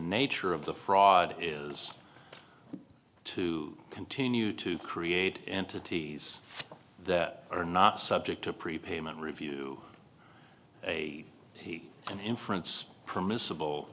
nature of the fraud is to continue to create entities that are not subject to prepayment review a an inference permissible